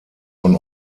von